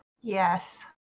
Yes